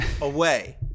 away